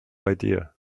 idea